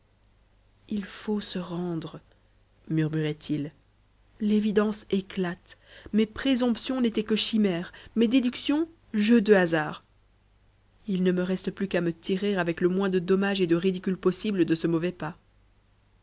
il faut se rendre murmurait-il l'évidence éclate mes présomptions n'étaient que chimères mes déductions jeux de hasard il ne me reste plus qu'à me tirer avec le moins de dommage et de ridicule possibles de ce mauvais pas